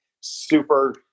super